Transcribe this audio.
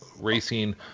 racing